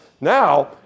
Now